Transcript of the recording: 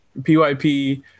PYP